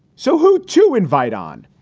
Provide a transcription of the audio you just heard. so who to invite on?